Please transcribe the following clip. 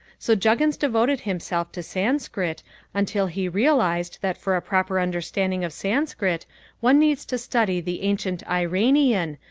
so juggins devoted himself to sanskrit until he realised that for a proper understanding of sanskrit one needs to study the ancient iranian,